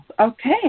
okay